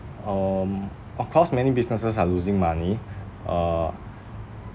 um of course many businesses are losing money uh